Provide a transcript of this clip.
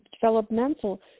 developmental